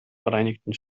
vereinigten